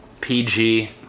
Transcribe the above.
PG